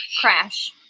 crash